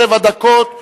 שבע דקות,